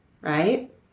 right